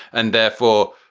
and therefore,